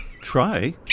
try